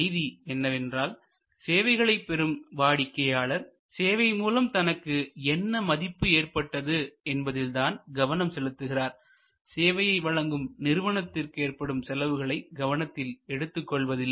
செய்தி என்னவென்றால்சேவைகளைப் பெறும் வாடிக்கையாளர் சேவை மூலம் தனக்கு என்ன மதிப்பு ஏற்பட்டது என்பதில் தான் கவனம் செலுத்துகிறார் சேவையை வழங்கும் நிறுவனத்திற்கு ஏற்படும் செலவுகளை கவனத்தில் எடுத்துக் கொள்வதில்லை